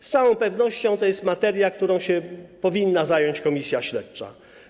Z całą pewnością to jest materia, którą powinna się zająć komisja śledcza.